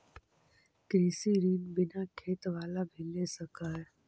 कृषि ऋण बिना खेत बाला भी ले सक है?